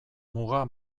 muga